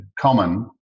common